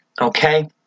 okay